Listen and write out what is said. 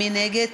מי נגד?